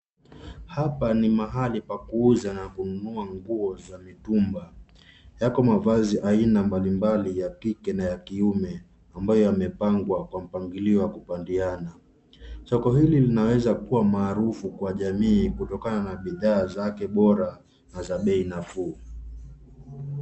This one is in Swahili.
Hapa ni mahali pa kuuza na kununua nguo za mitumba. Yako mavazi aina mbalimbali ya kike na kiume ambayo yamepangwa kwa mpangilio wa kupandiana. Soko hili linaweza kuwa maarufu kwa jamii kutokana na bidhaa zake bora na za bei nafuu.